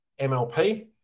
mlp